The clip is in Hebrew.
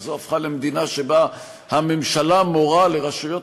שזו הפכה להיות מדינה שבה הממשלה מורה לרשויות